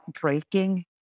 breaking